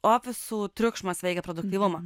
ofisų triukšmas veikia produktyvumą